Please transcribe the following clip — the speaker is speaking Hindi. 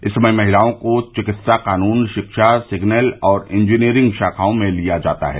इस समय महिलाओं को चिकित्सा कानून शिक्षा सिग्नेल और इंजीनियरिंग शाखाओं में लिया जाता है